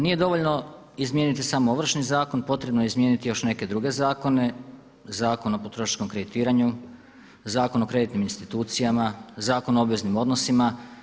Nije dovoljno izmijeniti samo Ovršni zakon, potrebno je izmijeniti još neke druge zakone, Zakon o potrošačkom kreditiranju, Zakon o kreditnim institucijama, Zakon o obveznim odnosima.